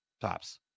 tops